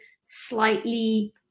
slightly